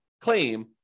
claim